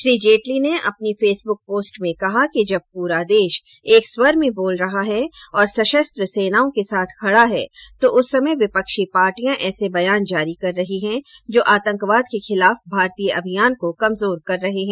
श्री जेटली ने अपनी Facebook post में कहा कि जब पूरा देश एक स्वर में बोल रहा है और सशस्त्र सेनाओं के साथ खड़ा है तो उस समय विपक्षी पार्टियां ऐसे बयान जारी कर रही हैं जो आतंकवाद के खिलाफ भारतीय अभियान को कमजोर कर रहे हैं